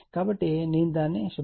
కాబట్టి నేను దానిని శుభ్ర పరుస్తాను